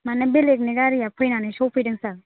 माने बेलेगनि गारिया फैनानै सौफैदों सार